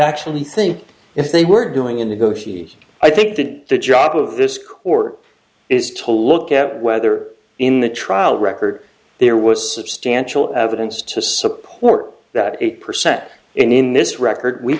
actually think if they were doing a negotiation i think that the job of this court is told look at whether in the trial record there was substantial evidence to support that eight percent in this record we